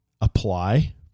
apply